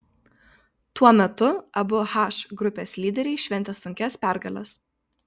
tuo metu abu h grupės lyderiai šventė sunkias pergales